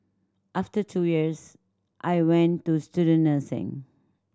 after two years I went to student nursing